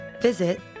visit